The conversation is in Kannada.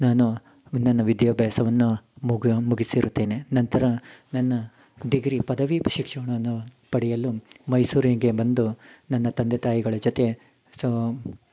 ನಾನು ನನ್ನ ವಿದ್ಯಾಭ್ಯಾಸವನ್ನ ಮುಗ್ ಮುಗಿಸಿರುತ್ತೇನೆ ನಂತರ ನನ್ನ ಡಿಗ್ರಿ ಪದವಿ ಶಿಕ್ಷಣವನು ಪಡೆಯಲು ಮೈಸೂರಿಗೆ ಬಂದು ನನ್ನ ತಂದೆ ತಾಯಿಗಳ ಜೊತೆ ಸೋ